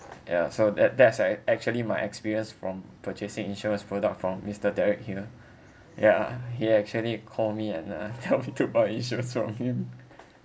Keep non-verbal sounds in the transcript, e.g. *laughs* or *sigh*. ya so that that's I actually my experience from purchasing insurance product from mister derek here ya he actually call me and uh tell me *laughs* to buy insurance from him